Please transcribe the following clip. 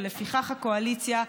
ולפיכך הקואליציה,